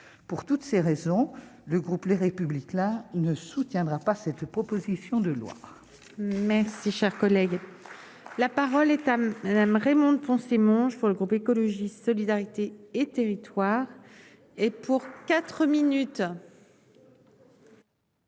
Pour toutes ces raisons, le groupe Les République là il ne soutiendra pas cette proposition de loi. Même si cher collègue, la parole est à Madame Raymond. Forcément, pour le groupe écologiste solidarité et territoires et pour 4 minutes.